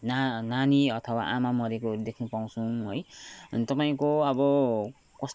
ना नानी अथवा आमा मरेको देख्नु पाउछौँ है तपाईँको अब कस